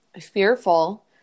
fearful